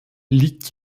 liegt